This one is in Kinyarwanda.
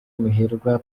muhirwa